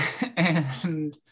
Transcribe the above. and-